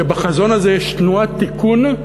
ובחזון הזה יש תנועת תיקון,